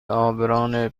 عابران